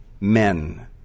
men